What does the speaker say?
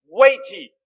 weighty